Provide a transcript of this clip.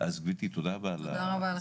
אז גבירתי, תודה רבה.